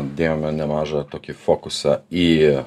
dėjome nemažą tokį fokusą į